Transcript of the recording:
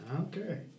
Okay